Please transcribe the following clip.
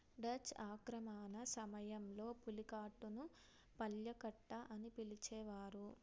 Dutch ఆక్రమణ సమయంలో పులికాటును పల్యకట్ట అని పిలిచేవారు